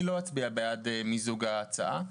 אני לא אצביע בעד מיזוג ההצעה.